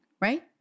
right